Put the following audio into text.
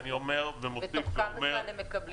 ואני מוסיף ואומר